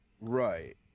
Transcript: Right